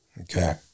Okay